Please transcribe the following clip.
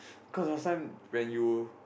cause last time when you